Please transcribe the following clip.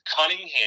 Cunningham